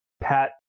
Pat